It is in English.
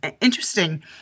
interesting